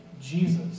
Jesus